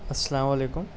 السلام علیکم